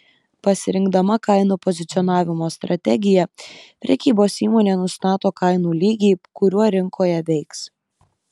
pasirinkdama kainų pozicionavimo strategiją prekybos įmonė nustato kainų lygį kuriuo rinkoje veiks